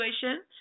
situation